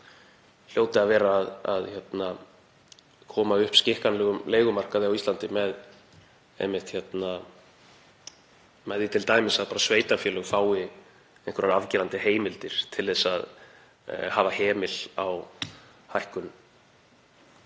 hljóti að vera að koma upp skikkanlegum leigumarkaði á Íslandi með því t.d. að sveitarfélög fái einhverjar afgerandi heimildir til að hafa hemil á hækkunum